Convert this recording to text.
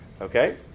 Okay